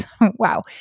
Wow